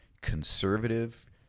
conservative